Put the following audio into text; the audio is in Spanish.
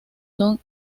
son